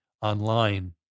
online